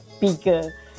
bigger